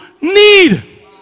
need